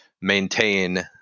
maintain